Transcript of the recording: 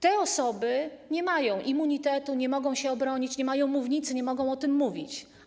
Te osoby nie mają immunitetu, nie mogą się obronić, nie mają mównicy, nie mogą o tym mówić.